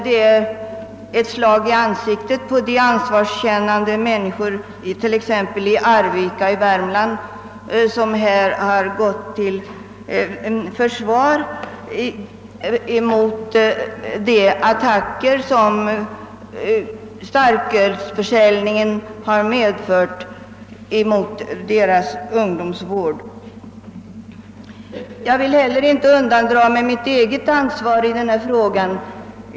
Det är ett slag i ansiktet på de ansvarskännande människor, t.ex. i Arvika i Värmland, som har gått till försvar mot de attacker som starkölsförsäljningen har riktat mot deras ungdomsvård. Jag vill inte heller undandra mig mitt eget ansvar i denna fråga.